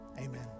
amen